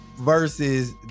versus